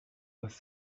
was